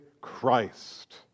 Christ